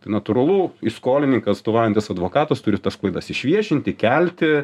natūralu į skolininką atstovaujantis advokatas turi tas klaidas išviešinti kelti